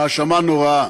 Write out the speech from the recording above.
האשמה נוראה.